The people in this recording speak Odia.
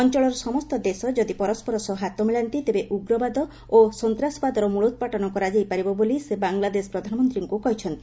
ଅଞ୍ଚଳର ସମସ୍ତ ଦେଶ ଯଦି ପରସ୍କର ସହ ହାତ ମିଳାନ୍ତି ତେବେ ଉଗ୍ରବାଦ ଓ ସନ୍ତାସବାଦର ମଲୋପାଟନ କରାଯାଇପାରିବ ବୋଲି ସେ ବାଂଲାଦେଶ ପ୍ରଧାନମନ୍ତ୍ରୀଙ୍କ କହିଛନ୍ତି